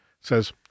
says